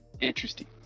Interesting